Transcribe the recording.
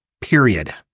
Period